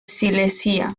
silesia